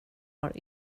har